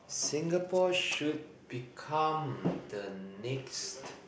Singapore should become the next